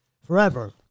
forever